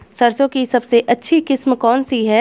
सरसों की सबसे अच्छी किस्म कौन सी है?